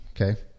Okay